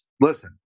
listen